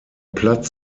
platz